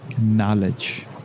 Knowledge